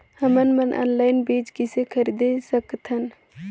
हमन मन ऑनलाइन बीज किसे खरीद सकथन?